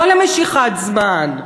לא למשיכת זמן,